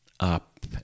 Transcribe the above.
Up